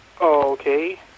Okay